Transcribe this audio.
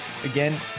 Again